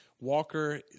Walker